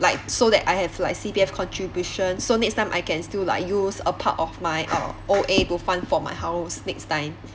like so that I have like C_P_F contribution so next time I can still like use a part of my uh O_A to fund for my house next time